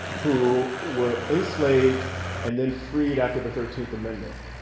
who were enslaved and then freed after the thirteenth amendment.